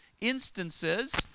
instances